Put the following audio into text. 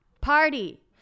party